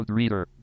reader